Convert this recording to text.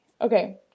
Okay